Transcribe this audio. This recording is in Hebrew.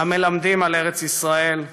המלמדים על ארץ ישראל,